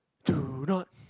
do not